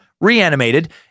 reanimated